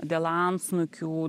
dėl antsnukių